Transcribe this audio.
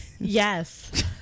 Yes